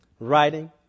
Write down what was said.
writing